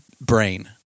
brain